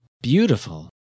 Beautiful